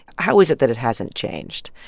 how is it that it hasn't changed?